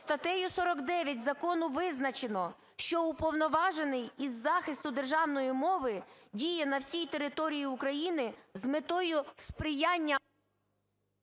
статтею 49 закону визначено, що Уповноважений із захисту державної мови діє на всій території України з метою сприяння...